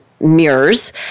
mirrors